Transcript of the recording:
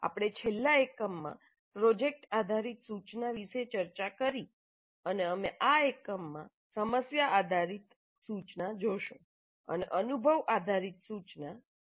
આપણે છેલ્લા એકમમાં પ્રોજેક્ટ આધારિત સૂચના વિશે ચર્ચા કરી અને અમે આ એકમમાં સમસ્યા આધારિત સૂચના જોશું અને અનુભવ આધારિત સૂચના આગામી એકમમાં જોઈશું